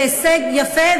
זה הישג יפה,